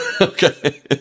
okay